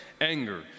anger